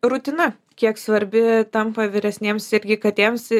rutina kiek svarbi tampa vyresnėms irgi katėms